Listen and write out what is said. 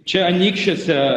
čia anykščiuose